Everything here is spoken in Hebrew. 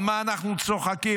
על מה אנחנו צוחקים,